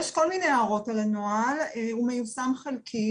יש כל מיני הערות על הנוהל והוא מיושם חלקית